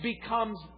becomes